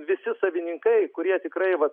visi savininkai kurie tikrai vat